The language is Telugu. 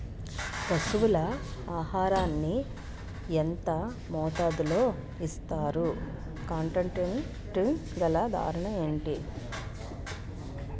పశువుల ఆహారాన్ని యెంత మోతాదులో ఇస్తారు? కాన్సన్ ట్రీట్ గల దాణ ఏంటి?